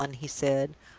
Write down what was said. allan, he said,